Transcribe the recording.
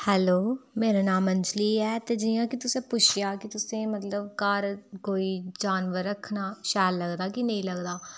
hello मेरा नाम अंजलि ऐ ते जियां की तुसे पुछेआ हा की तुसेंई मतलब घर कोई जानवर रखना शैल लगदा कि नेईं लगदा